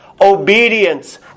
obedience